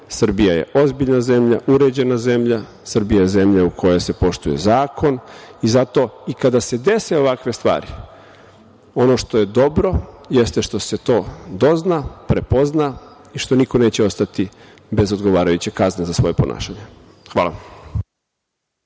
Srbija je ozbiljna zemlja, uređena zemlja, Srbija je zemlja u kojoj se poštuje zakon i zato i kada se dese ovakve stvari, ono što je dobro, jeste što se to dozna, prepozna i što niko neće ostati bez odgovarajuće kazne za svoje ponašanje. Hvala.